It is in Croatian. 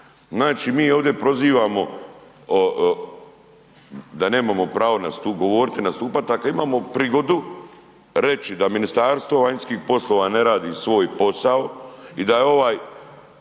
Znači mi ovdje prozivamo da nemamo pravo govorit, nastupat, a kad imamo prigodu reći da Ministarstvo vanjskih poslova ne radi svoj posao i da je ovaj